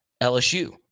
LSU